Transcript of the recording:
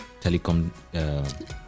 telecom